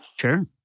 Sure